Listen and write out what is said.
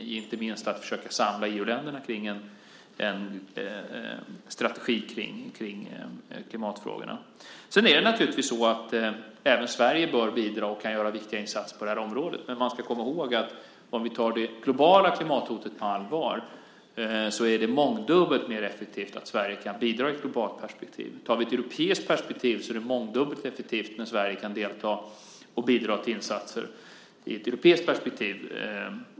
Inte minst handlar det om att försöka samla EU-länderna kring en strategi kring klimatfrågorna. Sedan bör naturligtvis även Sverige bidra, och vi kan göra viktiga insatser på området. Men man ska komma ihåg att om vi tar det globala klimathotet på allvar är det mångdubbelt mer effektivt att Sverige kan bidra i ett globalt perspektiv. Tar vi ett europeiskt perspektiv är det mångdubbelt mer effektivt om Sverige kan delta och bidra till insatser i ett europeiskt perspektiv.